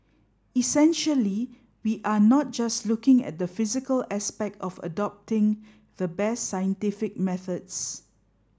essentially we are not just looking at the physical aspect of adopting the best scientific methods